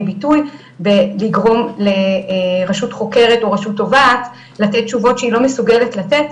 ביטוי ולגרום לרשות חוקרת או לרשות תובעת לתת תשובות שהיא לא מסוגלת לתת,